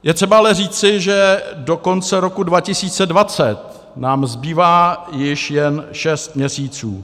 Je třeba ale říci, že do konce roku 2020 nám zbývá již jen šest měsíců.